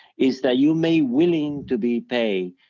is that, you may willing to be paid,